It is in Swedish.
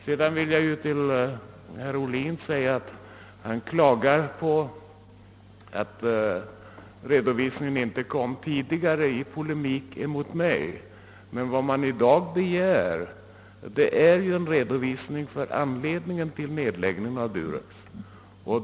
Herr Ohlin klagar i polemik mot mig på att redovisningen inte kom tidigare. Vad man i dag begär är en redovisning av anledningen till nedläggningen av Durox.